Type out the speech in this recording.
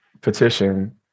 petition